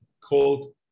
called